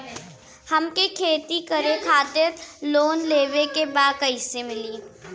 हमके खेती करे खातिर लोन लेवे के बा कइसे मिली?